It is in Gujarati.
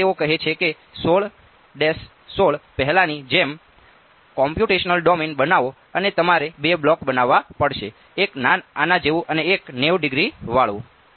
હવે તેઓ કહે છે કે 16 16 પહેલાની જેમ કોમ્પ્યુટેશનલ ડોમેન બનાવો અને તમારે બે બ્લોક બનાવવા પડશે એક આના જેવું અને એક 90 ડિગ્રી વાળું